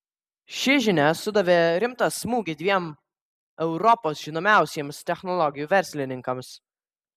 ši žinia sudavė rimtą smūgį dviem europos žinomiausiems technologijų verslininkams